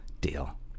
Deal